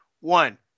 one